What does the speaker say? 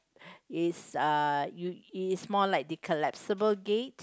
is uh you it is more like the collapsible gate